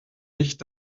nicht